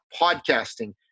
podcasting